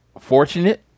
fortunate